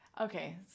Okay